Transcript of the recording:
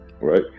right